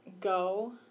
go